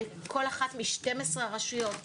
לכל אחת מ-12 הרשויות,